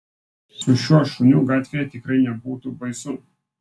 su šiuo šuniu gatvėje tikrai nebūtų baisu